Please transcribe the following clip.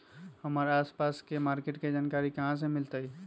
हमर आसपास के मार्किट के जानकारी हमरा कहाँ से मिताई?